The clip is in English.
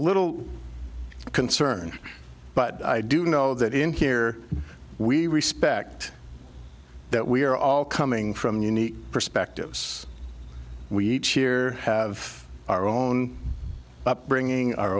a little concerned but i do know that in here we respect that we are all coming from unique perspectives we each here have our own upbringing our